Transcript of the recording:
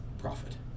profit